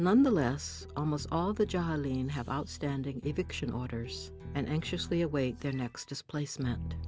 nonetheless almost all the jollying have outstanding eviction orders and anxiously await their next displacement